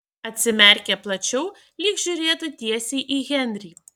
atsimerkė plačiau lyg žiūrėtų tiesiai į henrį